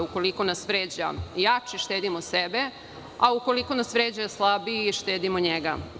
Ukoliko nas vređa jači, štedimo sebe, a ukoliko nas vređa slabiji, štedimo njega.